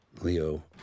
Leo